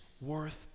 worth